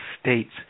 states